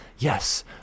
Yes